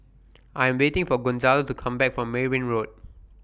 I Am waiting For Gonzalo to Come Back from Merryn Road